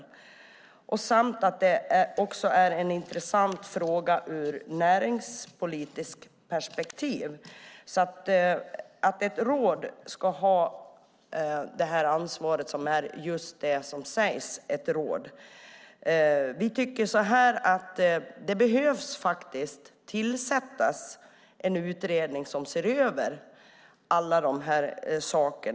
Detta är också en intressant fråga ur ett näringspolitiskt perspektiv. Det sägs att det är just ett råd som ska ha detta ansvar. Vi tycker att det behöver tillsättas en utredning som ser över alla dessa saker.